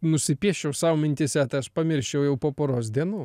nusipieščiau sau mintyse tai aš pamirščiau jau po poros dienų